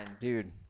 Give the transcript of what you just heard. dude